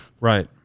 Right